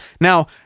Now